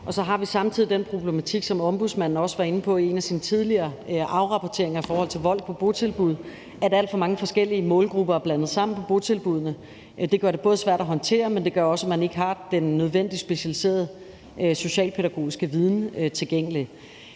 har vi den problematik, som Ombudsmanden også var inde på i en af sine tidligere afrapporteringer i forhold til vold på botilbud, nemlig at alt for mange forskellige målgrupper er blandet sammen på botilbuddene. Det gør det både svært at håndtere, men det gør også, at man ikke har den nødvendige specialiserede socialpædagogiske viden tilgængelig.